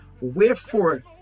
wherefore